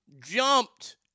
jumped